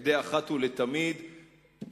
כדי לפתור אחת ולתמיד את הפלונטר,